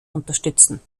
unterstützen